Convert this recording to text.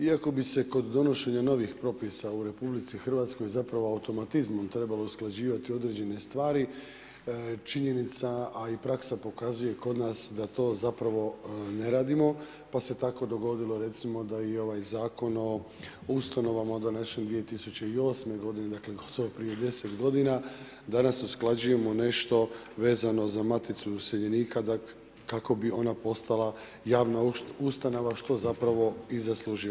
Iako bi se kod donošenja novih propisa u RH zapravo automatizmom trebalo usklađivati određene stvari, činjenica, a i praksa pokazuje kod nas da to zapravo ne radimo pa se tako dogodilo recimo da i ovaj Zakon o ustanovama donesen 2008. godine, gotovo prije 10 godina, danas usklađujemo nešto vezano za Maticu iseljenika kako bi ona postala javna ustanova, što zapravo i zaslužuje.